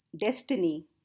destiny